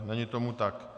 Není tomu tak.